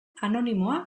anonimoa